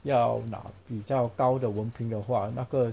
要拿比较高的文凭的话那个